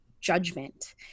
judgment